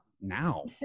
now